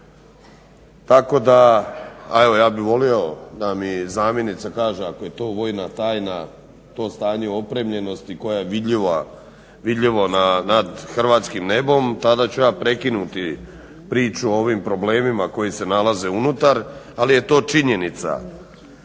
tako da a evo ja bih volio da mi zamjenica kaže ako je to vojna tajna to stanje opremljenosti koja je vidljiva, vidljivo nad hrvatskim nebom tada ću ja prekinuti priču o ovim problemima koji se nalaze unutar. Ali je to činjenica.